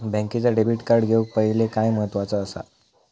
बँकेचा debit card घेउक पाहिले काय महत्वाचा असा?